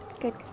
good